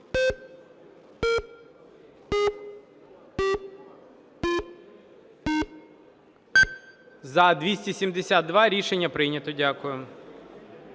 За-272 Рішення прийнято. Дякую.